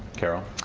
carroll?